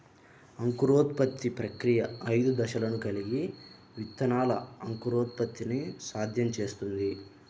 అంకురోత్పత్తి ప్రక్రియ ఐదు దశలను కలిగి విత్తనాల అంకురోత్పత్తిని సాధ్యం చేస్తుంది